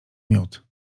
miód